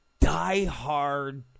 diehard